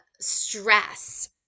stress